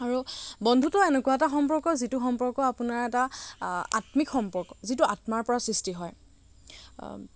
আৰু বন্ধুত্ব এনেকুৱা এটা সম্পৰ্ক যিটো সম্পৰ্ক আপোনাৰ এটা আত্মিক সম্পৰ্ক যিটো আত্মাৰ পৰা সৃষ্টি হয়